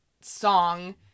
song